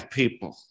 people